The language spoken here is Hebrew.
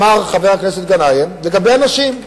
אמר חבר הכנסת גנאים לגבי הנשים.